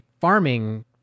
farming